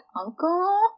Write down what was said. uncle